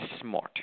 smart